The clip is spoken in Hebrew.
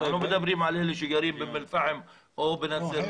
אנחנו לא מדברים על אלה שגרים באום אל פאחם או בגליל.